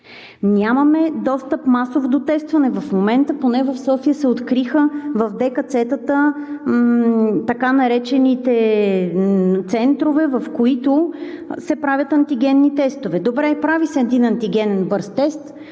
Нямаме масов достъп до тестване в момента, поне в София се откриха в ДКЦ-та така наречените центрове, в които се правят антигенни тестове. Добре, прави се антигенен бърз тест,